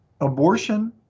abortion